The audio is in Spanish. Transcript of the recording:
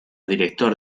director